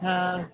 हा